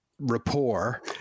rapport